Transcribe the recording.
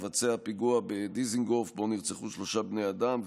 מבצע הפיגוע בדיזנגוף שבו נרצחו שלושה בני אדם,